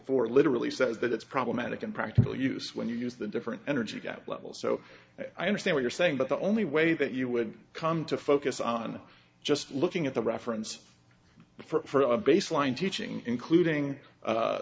for literally says that it's problematic in practical use when you use the different energy gap level so i understand you're saying but the only way that you would come to focus on just looking at the reference for a baseline teaching including